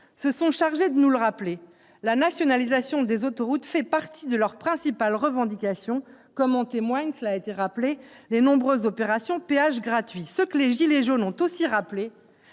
se sont chargés de nous le rappeler. La nationalisation des autoroutes fait partie de leurs principales revendications, comme en témoignent les nombreuses opérations « péage gratuit ». Ce que les « gilets jaunes » ont aussi rappelé,